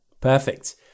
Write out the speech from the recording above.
perfect